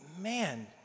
man